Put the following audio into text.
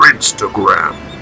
Instagram